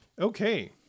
Okay